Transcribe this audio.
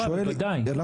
ואני פניתי אליהם,